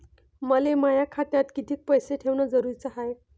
मले माया खात्यात कितीक पैसे ठेवण जरुरीच हाय?